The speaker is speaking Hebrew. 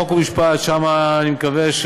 חוק ומשפט אני מקווה,